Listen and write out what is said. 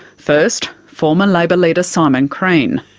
first, former labor leader simon crean.